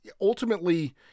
Ultimately